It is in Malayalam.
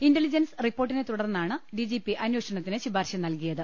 ഇന്റലിജൻസ് റിപ്പോർട്ടിനെ തുടർന്നാണ് ഡിജിപി അന്വേഷണത്തിന് ശുപാർശ നൽകിയത്